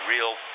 real